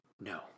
No